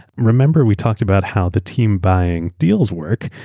remember we talked about how the team buying deals work.